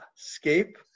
Escape